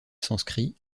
sanskrit